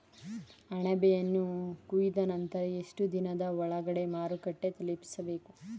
ಅಣಬೆಯನ್ನು ಕೊಯ್ದ ನಂತರ ಎಷ್ಟುದಿನದ ಒಳಗಡೆ ಮಾರುಕಟ್ಟೆ ತಲುಪಿಸಬೇಕು?